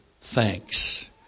thanks